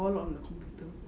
all on the computer